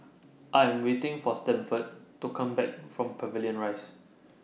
I Am waiting For Sanford to Come Back from Pavilion Rise